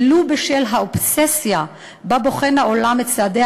ולו בשל האובססיה שבה בוחן העולם את הצעדים